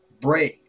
Brave